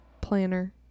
planner